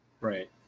Right